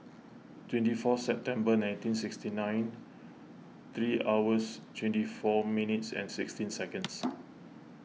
twenty four September nineteen sixty nine three hours twenty four minutes and sixteen seconds